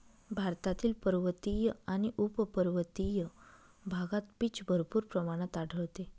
भारतातील पर्वतीय आणि उपपर्वतीय भागात पीच भरपूर प्रमाणात आढळते